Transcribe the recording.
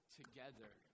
together